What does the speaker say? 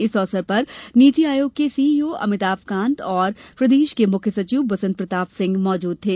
इस अवसर पर नीति आयोग के सीईओ अमिताभकान्त और प्रदेश के मुख्य सचिव बसंत प्रताप सिंह मौजूद थे